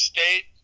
State